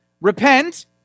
repent